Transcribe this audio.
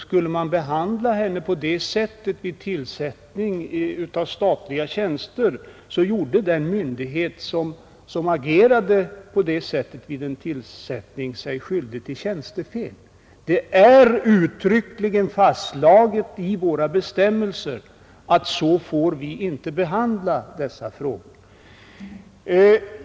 Skulle man behandla henne på detta sätt vid en tillsättning av statliga tjänster, gjorde sig den myndighet som agerade på detta sätt vid tillsättningsförfarandet skyldig till tjänstefel. Det är uttryckligen fastslaget i gällande bestämmelser att man inte får förfara på detta sätt vid tillsättningen av tjänster.